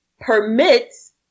permits